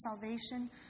salvation